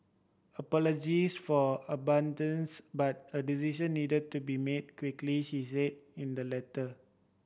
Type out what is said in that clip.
apologies for abruptness but a decision needed to be made quickly she said in the letter